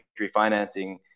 refinancing